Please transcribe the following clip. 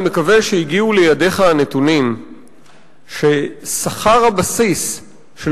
אני מקווה שהגיעו לידיך הנתונים ששכר הבסיס של